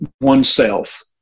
oneself